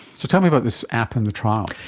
so tell me about this app and the trial.